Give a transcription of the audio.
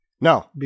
No